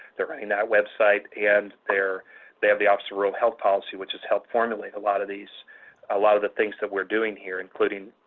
they're running that website and they're they have the office of rural health policy, which has helped formulate a lot of these a lot of the things that we're doing here, including,